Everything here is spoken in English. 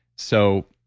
so,